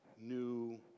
new